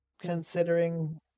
considering